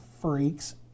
freaks